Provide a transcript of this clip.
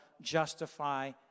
justify